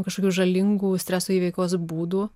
kažkokių žalingų streso įveikos būdų